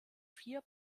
vier